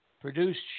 produced